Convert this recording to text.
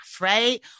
right